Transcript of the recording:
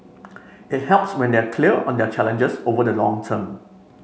it helps when they are clear on their challenges over the long term